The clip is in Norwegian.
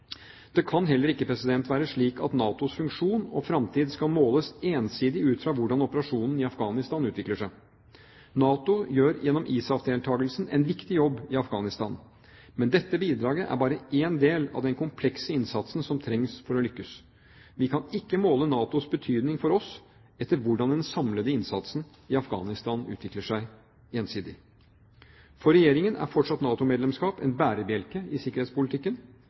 Det kan heller ikke være slik at NATOs funksjon og fremtid skal måles ensidig ut fra hvordan operasjonen i Afghanistan utvikler seg. NATO gjør gjennom ISAF-deltakelsen en viktig jobb i Afghanistan, men dette bidraget er bare én del av den komplekse innsatsen som trengs for å lykkes. Vi kan ikke måle NATOs betydning for oss etter hvordan den samlede innsatsen i Afghanistan utvikler seg gjensidig. For Regjeringen er fortsatt NATO-medlemskap en bærebjelke i sikkerhetspolitikken.